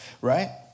right